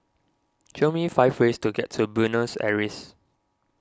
show me five ways to get to Buenos Aires